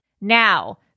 Now